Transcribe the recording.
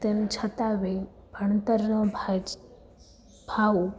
તેમ છતાં બી ભણતરનો ખર્ચ ફાવું